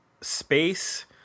space